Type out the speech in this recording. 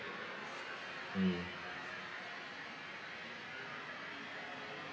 mm